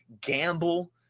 gamble